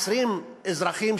20 אזרחים,